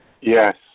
Yes